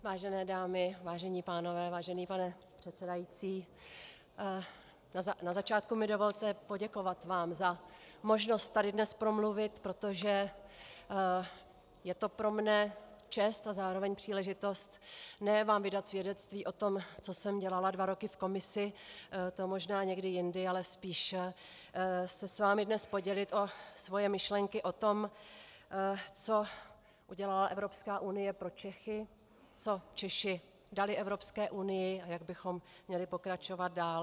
Vážené dámy, vážení pánové, vážený pane předsedající, na začátku mi dovolte poděkovat vám za možnost tady dnes promluvit, protože je to pro mě čest a zároveň příležitost ne vám vydat svědectví o tom, co jsem dělala dva roky v Komisi, to možná někdy jindy, ale spíš se s vámi dnes podělit o svoje myšlenky o tom, co udělala Evropská unie pro Čechy, co Češi dali Evropské unii a jak bychom měli pokračovat dál.